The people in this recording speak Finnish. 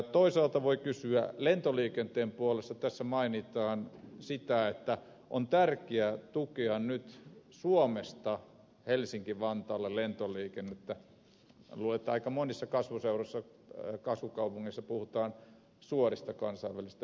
toisaalta kun lentoliikenteen puolelta tässä mainitaan siitä että on tärkeää tukea nyt suomessa helsinkivantaalle lentoliikennettä niin minä luulen että aika monissa kasvukaupungeissa puhutaan suorista kansainvälisistä yhteyksistä